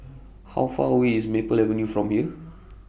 How Far away IS Maple Avenue from here